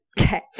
Okay